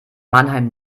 mannheim